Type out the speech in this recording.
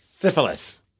Syphilis